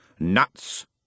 Nuts